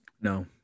No